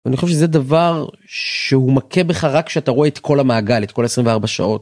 אני חושב שזה דבר שהוא מכה בך רק כשאתה רואה את כל המעגל את כל 24 שעות.